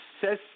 says